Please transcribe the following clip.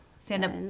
Stand-up